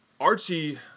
Archie